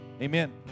amen